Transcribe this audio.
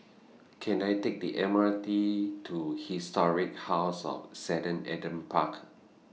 Can I Take The M R T to Historic House of seven Adam Park